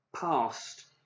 past